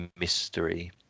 mystery